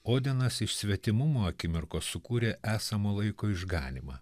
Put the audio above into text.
odenas iš svetimumo akimirkos sukūrė esamo laiko išganymą